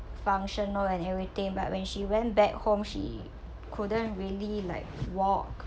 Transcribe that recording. functional and everything but when she went back home she couldn't really like walk